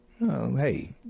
Hey